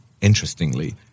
interestingly